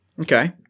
Okay